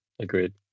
agreed